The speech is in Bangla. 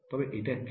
তবে এটা কেন